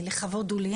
לכבוד הוא לי.